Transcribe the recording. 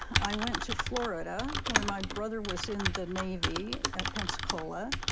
i went to florida, where my brother was in the navy at pensacola,